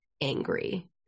angry